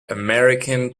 american